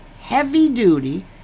heavy-duty